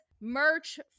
merch